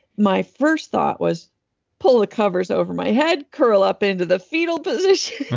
my first thought was pull the covers over my head, curl up into the fetal position,